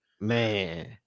Man